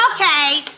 Okay